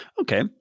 Okay